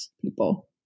people